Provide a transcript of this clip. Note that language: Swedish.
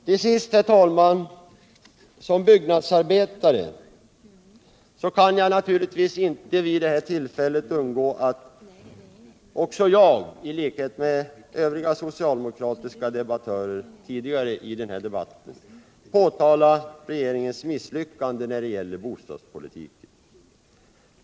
Till sist, herr talman, kan jag som byggnadsarbetare naturligtvis inte vid det här tillfället underlåta att i likhet med övriga socialdemokratiska debattörer påtala regeringens misslyckande när det gäller bostadspolitiken.